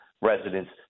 residents